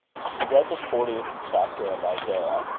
she read the fortieth chapter of isaiah,